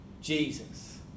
Jesus